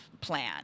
plan